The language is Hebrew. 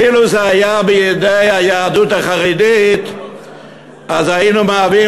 שאילו היו בידי היהדות החרדית היינו מהווים